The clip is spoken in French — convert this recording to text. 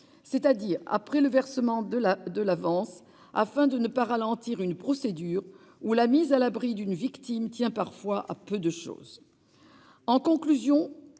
c'est-à-dire après le versement de l'avance, afin de ne pas ralentir une procédure dans laquelle la mise à l'abri d'une victime tient parfois à peu de chose.